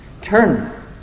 Turn